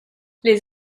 les